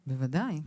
בוודאי,